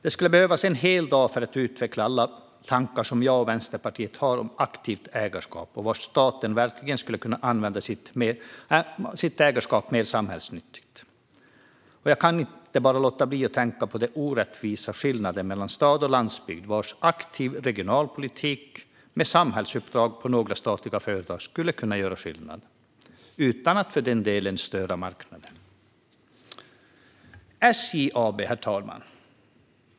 Det skulle behövas en hel dag för att utveckla alla tankar som jag och Vänsterpartiet har om aktivt ägarskap och hur staten skulle kunna använda sitt ägarskap mer samhällsnyttigt. Jag kan inte låta bli att tänka på de orättvisa skillnaderna mellan stad och landsbygd och hur en aktiv regionalpolitik med samhällsuppdrag på några statliga företag skulle kunna göra skillnad - utan att för den delen störa marknaden. Herr talman!